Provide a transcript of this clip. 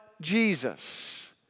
Jesus